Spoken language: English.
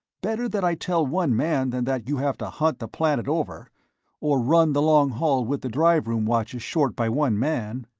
better that i tell one man than that you have to hunt the planet over or run the long haul with the drive-room watches short by one man.